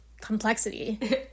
complexity